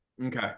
Okay